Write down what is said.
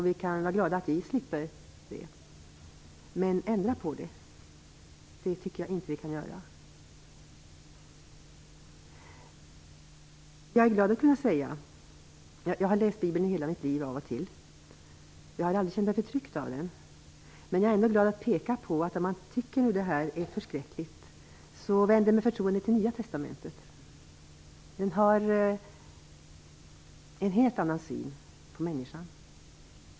Vi kan vara glada att vi slipper den. Men ändra på den tycker jag inte att vi kan göra. Jag har läst i Bibeln av och till under hela mitt liv. Jag har aldrig känt mig förtryckt av den. Men jag är ändå glad att kunna peka på att om jag tycker att den är förskräcklig vänder jag mig med förtroende till Nya testamentet. Det har en helt annan syn på människan.